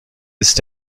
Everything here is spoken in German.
ist